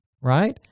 right